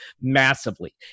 massively